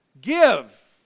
Give